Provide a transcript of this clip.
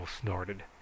snorted